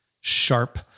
sharp